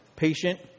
patient